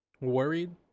worried